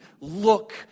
look